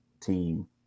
team